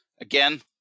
again